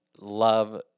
love